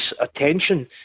Attention